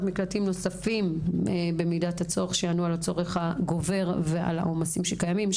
מקלטים נוספים במידת הצורך שיענו על הצורך הגובר ועל העומסים שקיימים,